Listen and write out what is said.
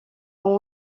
ont